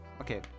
okay